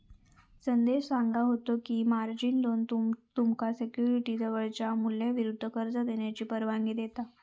संदेश सांगा होतो की, मार्जिन लोन तुमका सिक्युरिटीजच्या मूल्याविरुद्ध कर्ज घेण्याची परवानगी देता